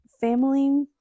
family